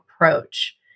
approach